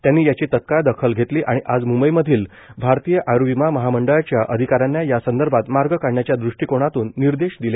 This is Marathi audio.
त्यांनी याची तात्काळ दखल घेतली आणि आज म्ंबईमधील भारतीय आय्र्विमा महामंडळाच्या अधिकाऱ्यांना या संदर्भात मार्ग काढण्याच्या दृष्टीकोनातून निर्देश दिले